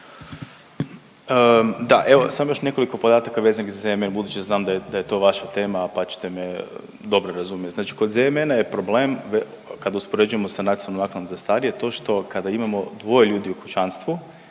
Da, evo samo još nekoliko podataka vezanih za ZMN, budući znam da je to vaša tema, pa ćete me dobro razumjeti. Znači kod ZMN-a je problem kad uspoređujemo sa nacionalnom zakladom za starije to što kada imamo dvoje ljudi u kućanstvu